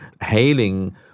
hailing